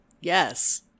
Yes